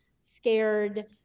scared